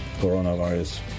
coronavirus